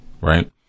right